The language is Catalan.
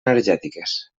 energètiques